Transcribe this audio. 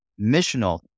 missional